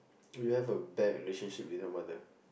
you have a bad relationship with your mother